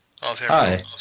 Hi